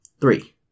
Three